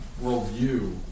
worldview